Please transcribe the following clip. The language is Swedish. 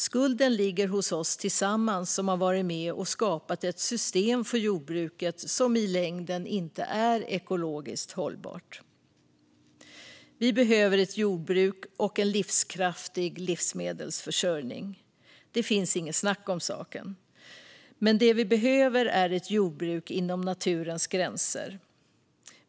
Skulden ligger hos oss tillsammans - vi som har varit med och skapat ett system för jordbruket som i längden inte är ekologiskt hållbart. Vi behöver ett jordbruk och en livskraftig livsmedelsförsörjning; det är inget snack om saken. Men det vi behöver är ett jordbruk inom naturens gränser.